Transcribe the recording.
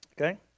Okay